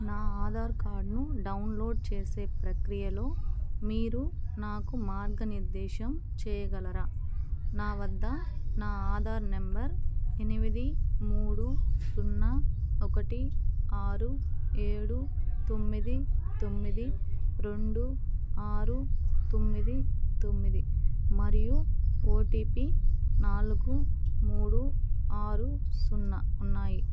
నా ఆధార్ కార్డ్ను డౌన్లోడ్ చేసే ప్రక్రియలో మీరు నాకు మార్గనిర్దేశం చేయగలరా నా వద్ద నా ఆధార్ నెంబర్ ఎనిమిది మూడు సున్నా ఒకటి ఆరు ఏడు తొమ్మిది తొమ్మిది రెండు ఆరు తొమ్మిది తొమ్మిది మరియు ఓటీపీ నాలుగు మూడు ఆరు సున్నా ఉన్నాయి